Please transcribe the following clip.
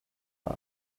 are